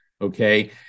Okay